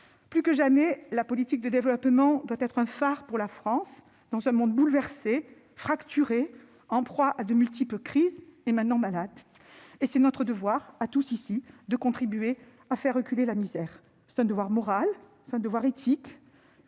Plus que jamais, la politique de développement doit être un phare pour la France. Dans un monde bouleversé, fracturé, en proie à de multiples crises et maintenant malade, c'est notre devoir, à nous tous ici, de contribuer à faire reculer la misère. Un devoir moral, éthique,